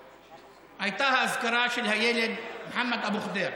הייתה האזכרה של הילד מוחמד אבו ח'דיר,